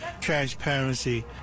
transparency